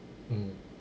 mm